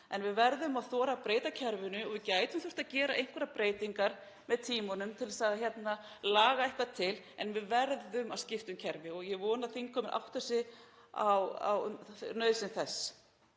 Við verðum að þora að breyta kerfinu og við gætum þurft að gera einhverjar breytingar með tímanum til að laga eitthvað til, en við verðum að skipta um kerfi og ég vona að þingheimur átti sig á nauðsyn þess